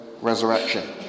resurrection